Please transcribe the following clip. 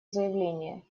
заявление